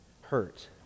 hurt